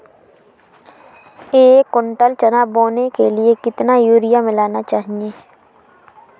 एक कुंटल चना बोने के लिए कितना यूरिया मिलाना चाहिये?